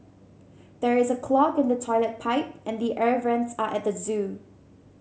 there is a clog in the toilet pipe and the air vents are at the zoo